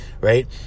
right